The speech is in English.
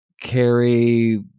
Carrie